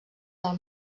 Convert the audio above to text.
del